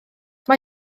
mae